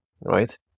right